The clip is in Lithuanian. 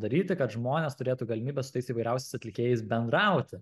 daryti kad žmonės turėtų galimybę su tais įvairiausiais atlikėjais bendrauti